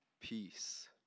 peace